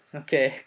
okay